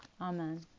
Amen